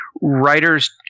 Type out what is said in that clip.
Writers –